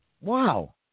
Wow